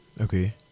Okay